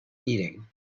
eating